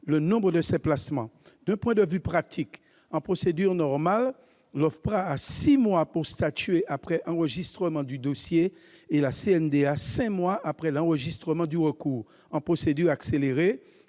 le nombre de ces placements. D'un point de vue pratique, en procédure normale, l'OFPRA dispose de six mois pour statuer après enregistrement du dossier et la CNDA de cinq mois après enregistrement du recours. En procédure accélérée,